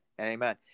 amen